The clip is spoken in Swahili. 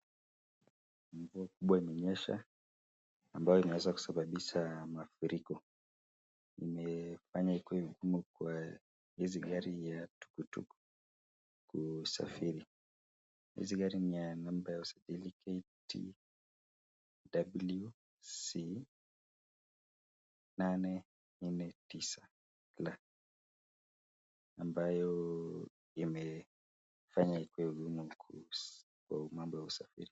Mvua kubwa imenyesha ambayo imeweza kusababisha mafuriko. Imeifanya ikuwe ngumu kwa hizi gari ya tukutuku kwa usafiri. Hizi gari ina namba ya usajili KTWC 849L. Ambaye imefanya ikue ngumu kwa mwendo wa usafiri.